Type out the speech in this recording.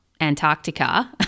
Antarctica